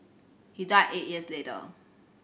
he died eight years later